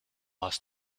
hast